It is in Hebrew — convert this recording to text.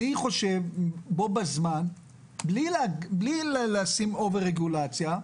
אני חושב בו בזמן, בלי לשים אובר רגולציה,